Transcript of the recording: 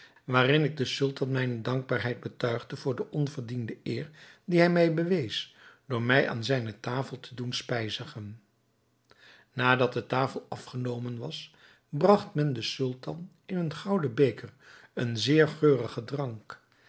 waarin ik den sultan mijne dankbaarheid betuigde voor de onverdiende eer die hij mij bewees door mij aan zijne tafel te doen spijzigen nadat de tafel afgenomen was bragt men den sultan in een gouden beker een zeer geurigen drank